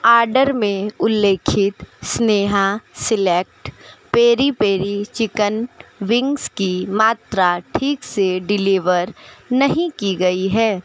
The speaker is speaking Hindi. आर्डर में उल्लेखित स्नेहा select peri peri chicken wings की मात्रा ठीक से डिलीवर नहीं की गई है